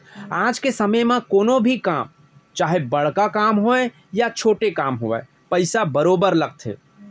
आज के समे म कोनो भी काम चाहे बड़का काम होवय या छोटे काम होवय पइसा बरोबर लगथे